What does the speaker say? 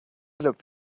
looked